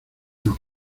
nos